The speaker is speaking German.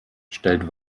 stellt